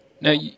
now